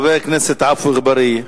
חבר הכנסת עפו אגבאריה,